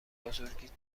بزرگیت